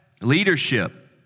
Leadership